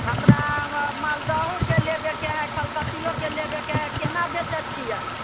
हमरा मालदहोके लेबेके हइ कलकतिओके लेबैके है केना बेचैत छियै